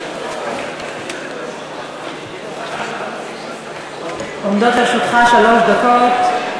40. עומדות לרשותך שלוש דקות.